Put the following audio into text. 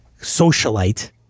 socialite